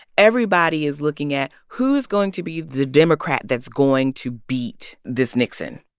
everybody is looking at, who's going to be the democrat that's going to beat this nixon?